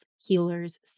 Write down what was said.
healer's